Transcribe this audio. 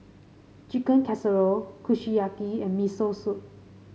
Chicken Casserole Kushiyaki and Miso Soup